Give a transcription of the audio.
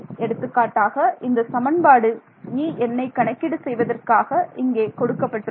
எடுத்துக்காட்டாக இந்த சமன்பாடு Enஐ கணக்கீடு செய்வதற்காக இங்கே கொடுக்கப்பட்டுள்ளது